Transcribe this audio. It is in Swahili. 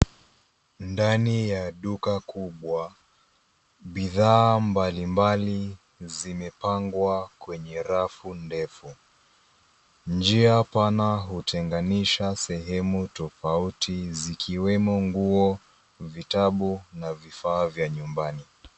Ndani ya duka kubwa, bidhaa mbalimbali, zimepangwa, kwenye rafu ndefu, njia pana hutenganisha sehemu tofauti zikiwemo nguo, vitabu, na vifaa vya nyumbani.